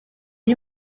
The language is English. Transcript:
you